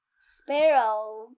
Sparrow